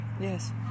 Yes